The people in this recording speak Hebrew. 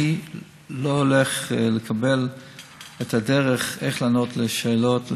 אני לא הולך לקבל את הדרך של איך לענות לשאלות,